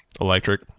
Electric